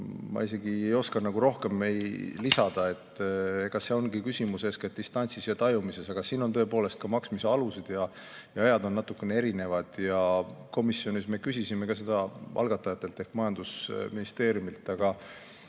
ma isegi ei oska nagu rohkem lisada. Ega see ongi küsimus eeskätt distantsis ja tajumises, aga siin on tõepoolest ka maksmise alused ja ajad natukene erinevad. Komisjonis me küsisime ka seda algatajatelt ehk majandusministeeriumilt.